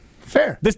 Fair